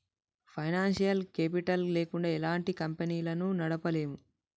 financial capital లేకుండా ఎలాంటి కంపెనీలను నడపలేము